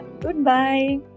Goodbye